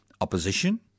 opposition